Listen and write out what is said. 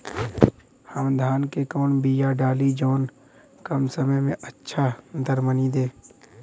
हम धान क कवन बिया डाली जवन कम समय में अच्छा दरमनी दे?